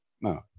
No